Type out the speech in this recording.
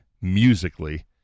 musically